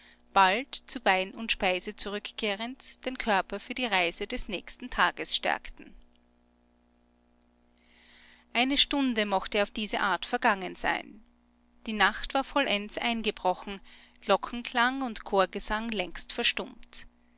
bald zu wein und speise zurückkehrend den körper für die reise des nächsten tages stärkten eine stunde mochte auf diese art vergangen sein die nacht war vollends eingebrochen glockenklang und chorgesang längst verstummt